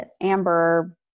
Amber